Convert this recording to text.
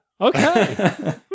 Okay